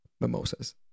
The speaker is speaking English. mimosas